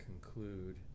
conclude